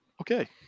okay